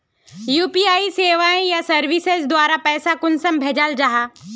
UPI सेवाएँ या services द्वारा पैसा कुंसम भेजाल जाहा?